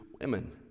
women